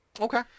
Okay